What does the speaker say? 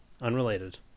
Unrelated